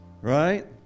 right